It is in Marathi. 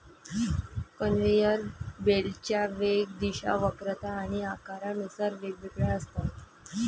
कन्व्हेयर बेल्टच्या वेग, दिशा, वक्रता आणि आकारानुसार वेगवेगळ्या असतात